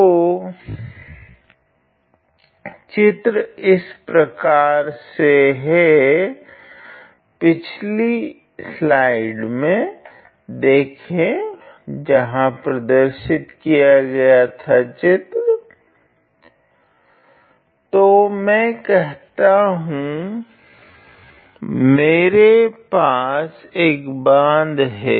तो चित्र इस प्रकार से है पिछली स्लाइड में देखें तो मैं कहता हूँ मेरे पास एक बाँध है